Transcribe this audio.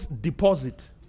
deposit